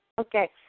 Okay